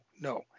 no